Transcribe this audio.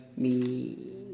me